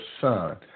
Son